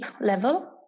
level